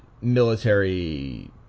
military